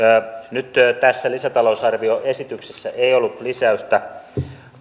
nyt tässä lisätalousarvioesityksessä ei ollut lisäystä